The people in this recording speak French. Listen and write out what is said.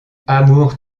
amour